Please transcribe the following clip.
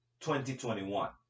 2021